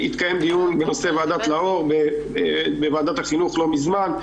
התקיים דיון בנושא ועדת לאור בוועדת החינוך לא מזמן.